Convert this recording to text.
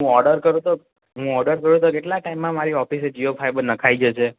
હું ઓર્ડર કરું તો હું ઓડર કરું તો કેટલા ટાઈમમાં મારી ઓફિસે જીઓ ફાઈબર નખાઈ જશે